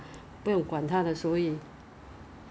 有没有做那个 swab test 放在鼻子里面的